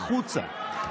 החוצה.